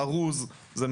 הן שואלות: